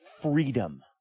freedom